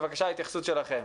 בבקשה התייחסות שלכם.